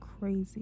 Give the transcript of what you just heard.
crazy